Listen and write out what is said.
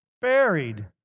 buried